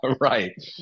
Right